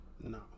No